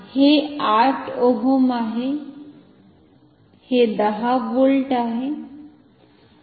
तर हे 8 ओहम आहे हे 10 व्होल्ट आहे